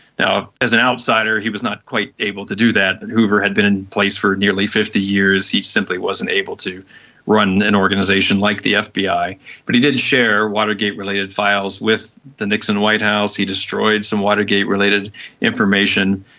as an outsider he was not quite able to do that, but hoover had been in place for nearly fifty years, he simply wasn't able to run an organisation like the fbi, but he did share watergate related files with the nixon white house, he destroyed some watergate related information,